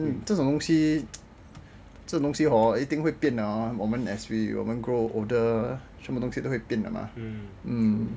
这种东西这个东西 hor 一定会变 hor 我们 as we grow older 全部东西都会变的 mah